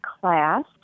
class